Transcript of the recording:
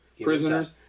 Prisoners